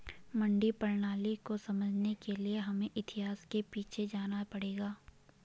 मंडी प्रणाली को समझने के लिए हमें इतिहास में पीछे जाना पड़ेगा